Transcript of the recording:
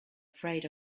afraid